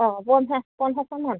অঁ পঞ্চাছ পঞ্চাছটামান